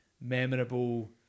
memorable